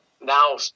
now